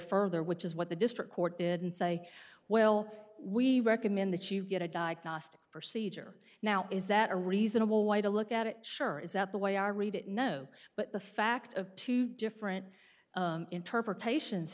further which is what the district court did and say well we recommend that you get a diagnostic procedure now is that a reasonable way to look at it sure is that the way i read it no but the fact of two different interpretations